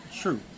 True